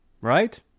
Right